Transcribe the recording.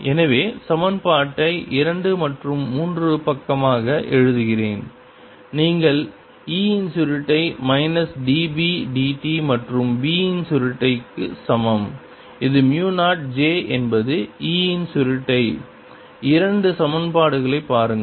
எனவே சமன்பாட்டை இரண்டு மற்றும் மூன்று பக்கமாக எழுதுகிறேன் நீங்கள் E இன் சுருட்டை மைனஸ் d B dt மற்றும் B இன் சுருட்டை சமம் இது மு 0 j என்பது E இன் சுருட்டை இரண்டு சமன்பாடுகளைப் பாருங்கள்